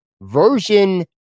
version